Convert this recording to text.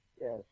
Yes